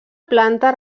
planta